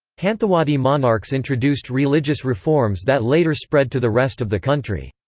hanthawaddy monarchs introduced religious reforms that later spread to the rest of the country.